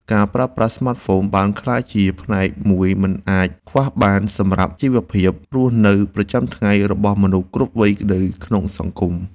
ការប្រើប្រាស់ស្មាតហ្វូនបានក្លាយជាផ្នែកមួយមិនអាចខ្វះបានសម្រាប់ជីវភាពរស់នៅប្រចាំថ្ងៃរបស់មនុស្សគ្រប់វ័យនៅក្នុងសង្គម។